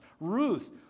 Ruth